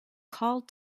called